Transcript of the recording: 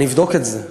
אני אבדוק את זה.